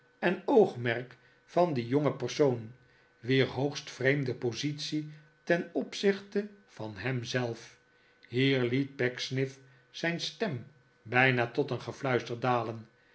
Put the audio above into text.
en oogmerk van die jonge persoon wier hoogst vreemde positie ten opzichte van hem zelf hier liet pecksniff zijn stem bijna tot een gefluister dalen